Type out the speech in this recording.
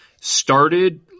started